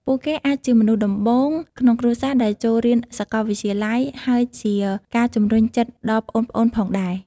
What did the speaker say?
ពួកគេអាចជាមនុស្សដំបូងក្នុងគ្រួសារដែលចូលរៀនសាកលវិទ្យាល័យ ហើយជាការជំរុញចិត្តដល់ប្អូនៗផងដែរ។